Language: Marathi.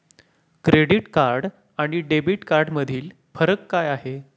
क्रेडिट कार्ड आणि डेबिट कार्डमधील फरक काय आहे?